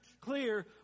clear